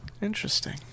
Interesting